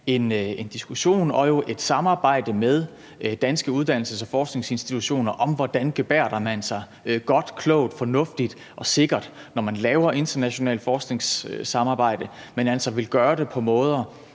en diskussion og et samarbejde med danske uddannelses- og forskningsinstitutioner om, hvordan man gebærder sig godt, klogt, fornuftigt og sikkert, når man laver et internationalt forskningssamarbejde, så man altså kan gøre det på en måde,